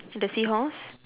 in the seahorse